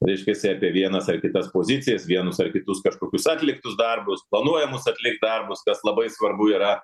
reiškiasi apie vienas ar kitas pozicijas vienus ar kitus kažkokius atliktus darbus planuojamus atlikt darbus kas labai svarbu yra